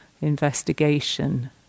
investigation